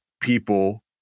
people